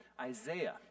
isaiah